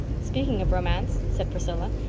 speaking of romance, said priscilla,